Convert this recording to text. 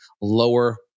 lower-